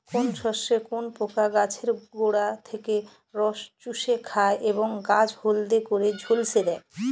কোন শস্যে কোন পোকা গাছের গোড়া থেকে রস চুষে খায় এবং গাছ হলদে করে ঝলসে দেয়?